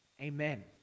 Amen